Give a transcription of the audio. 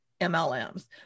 MLMs